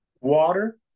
water